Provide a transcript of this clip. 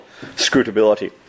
scrutability